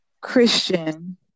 Christian